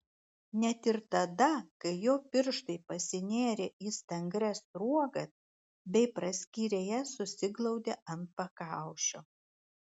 net ir tada kai jo pirštai pasinėrė į stangrias sruogas bei praskyrę jas susiglaudė ant pakaušio